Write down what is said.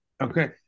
Okay